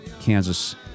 Kansas